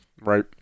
Right